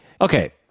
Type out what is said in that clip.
Okay